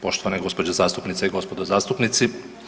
Poštovane gospođo zastupnice i gospodo zastupnici.